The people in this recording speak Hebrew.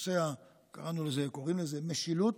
שקוראים לזה "משילות"